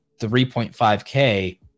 3.5k